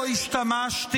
-- לא השתמשתי